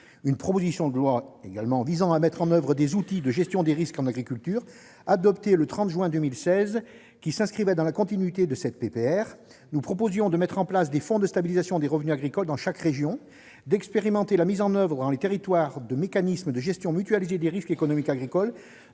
une proposition de loi visant à mettre en place des outils de gestion des risques en agriculture, qui a été adoptée le 30 juin 2016. Elle s'inscrivait dans la continuité de la proposition de résolution que je viens de mentionner. Nous proposions de mettre en place des fonds de stabilisation des revenus agricoles dans chaque région, d'expérimenter la mise en oeuvre dans les territoires de mécanismes de gestion mutualisée des risques économiques agricoles,